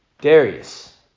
Darius